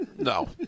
No